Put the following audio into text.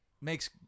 makes